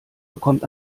bekommt